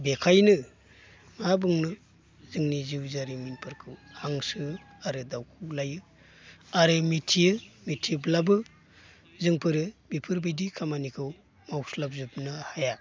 बेखायनो मा बुंनो जोंनि जिउ जारिमिनफोरखौ हांसो आरो दाउखौ लायो आरो मिथियो मिथिब्लाबो जोंफोरो बेफोरबायदि खामानिखौ मावस्लाबजोबनो हाया